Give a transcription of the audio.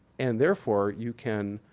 and therefore, you can